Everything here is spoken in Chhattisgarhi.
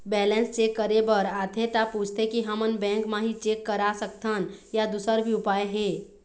बैलेंस चेक करे बर आथे ता पूछथें की हमन बैंक मा ही चेक करा सकथन या दुसर भी उपाय हे?